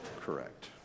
correct